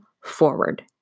forward